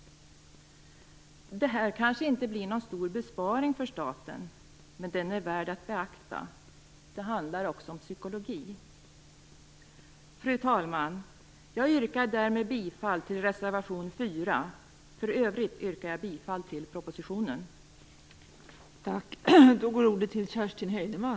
Det här kanske inte blir någon stor besparing för staten, men den är värd att beakta. Det handlar också om psykologi. Fru talman! Jag yrkar därmed bifall till reservation 4. För övrigt yrkar jag bifall till propositionen.